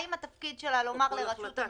האם התפקיד שלה לומר לרשות המסים,